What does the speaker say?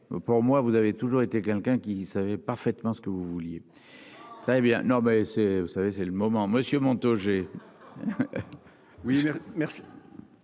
pour moi vous avez toujours été quelqu'un qui savait parfaitement ce que vous vouliez. Très bien. Non mais c'est. Vous savez, c'est le moment Monsieur Montaugé. Oui merci.